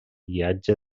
guiatge